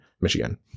Michigan